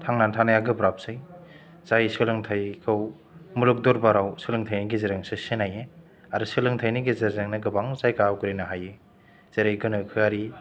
थांनानै थानाया गोब्राबसै जाय सोलोंथाइखौ मुलुग दरबाराव सोलोंथाइनि गेजेरजोंसो सिनायो आरो सोलोंथाइनि गेजेरजोंनो गोबां जायगा आवग्रिनो हायो जेरै गोनोखोयारि